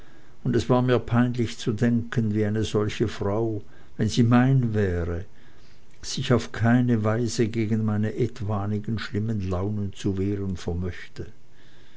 und es war mir peinlich zu denken wie eine solche frau wenn sie mein wäre sich auf keine weise gegen meine etwanigen schlimmen launen zu wehren vermöchte